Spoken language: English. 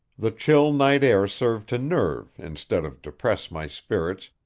the chill night air served to nerve instead of depress my spirits,